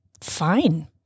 fine